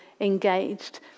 engaged